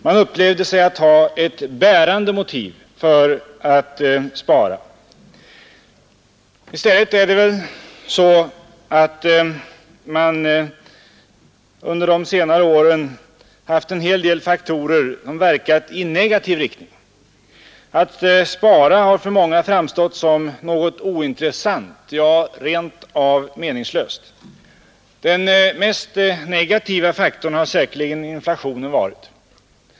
Man upplevde sig ha ett bärande motiv för att spara. I stället har det väl varit så under de senare åren att en hel del faktorer har verkat i negativ riktning. Att spara har för många framstått som något ointressant, ja rent av meningslöst. Den mest negativa faktorn har säkerligen inflationen varit.